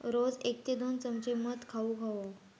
रोज एक ते दोन चमचे मध खाउक हवो